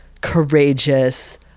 courageous